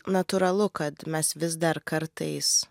natūralu kad mes vis dar kartais